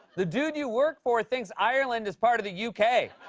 the dude you work for thinks ireland is part of the u k.